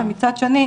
ומצד שני,